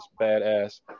badass